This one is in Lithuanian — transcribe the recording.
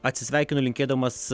atsisveikinu linkėdamas